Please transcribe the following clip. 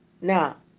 now